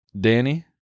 Danny